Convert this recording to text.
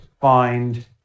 find